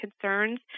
concerns